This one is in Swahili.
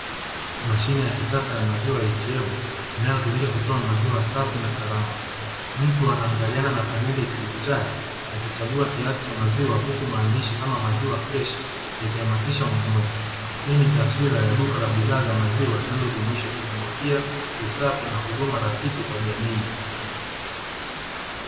Mashine ya kisasa ya “Maziwa ATM”inayotumika kutoa maziwa safi na salama. Mtu anaangaliana na paneli ya kidijitali akichagua kiasi cha maziwa huku maandishi kama “Maziwa freshi” yakihamasisha ununuzi. Hii ni taswira ya duka la maziwa inayojumisha teknolojia, usafi na huduma rafiki kwa jamii.